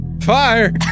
Fire